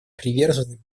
привержены